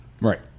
Right